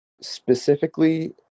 Specifically